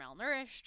malnourished